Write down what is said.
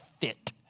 fit